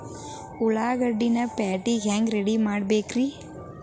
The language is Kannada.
ಉಳ್ಳಾಗಡ್ಡಿನ ಪ್ಯಾಟಿಗೆ ಹ್ಯಾಂಗ ರೆಡಿಮಾಡಬೇಕ್ರೇ?